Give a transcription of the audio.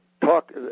Talk